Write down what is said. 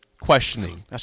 questioning